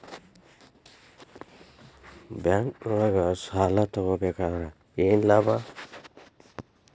ಬ್ಯಾಂಕ್ನೊಳಗ್ ಸಾಲ ತಗೊಬೇಕಾದ್ರೆ ಏನ್ ಲಾಭ?